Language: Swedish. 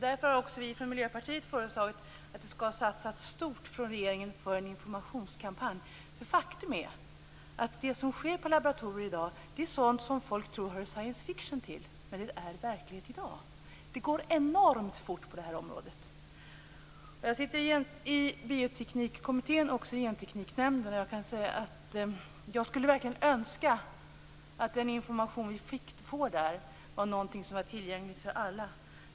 Därför har vi från Miljöpartiet föreslagit att det skall satsas stort från regeringen för en informationskampanj. Faktum är att det som sker på laboratorier i dag är sådant som folk tror hör science fiction till, men det är verklighet i dag. Det går enormt fort på det här området. Jag sitter i Bioteknikkommittén och Gentekniknämnden och kan säga att jag verkligen skulle önska att den information vi får där var någonting som var tillgängligt för alla.